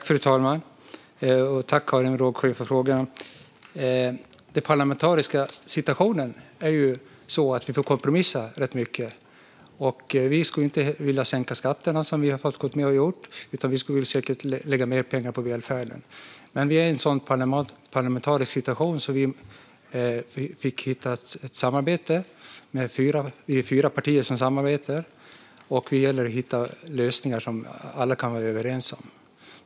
Fru talman! Den parlamentariska situationen är ju sådan att vi får kompromissa rätt mycket. Vi skulle inte vilja sänka skatterna, som vi nu har fått gå med på att göra, utan vi skulle vilja lägga mer pengar på välfärden. Vi är dock i en sådan parlamentarisk situation att vi har ett samarbete mellan fyra partier, och det gäller att hitta lösningar som alla kan vara överens om.